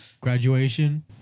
Graduation